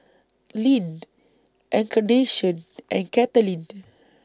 Glynn Encarnacion and Katelin